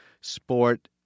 sport